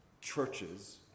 churches